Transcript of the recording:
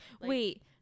Wait